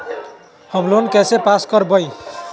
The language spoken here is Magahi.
होम लोन कैसे पास कर बाबई?